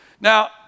Now